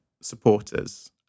supporters